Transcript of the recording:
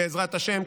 בעזרת השם.